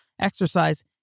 exercise